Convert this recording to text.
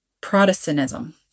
Protestantism